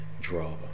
draw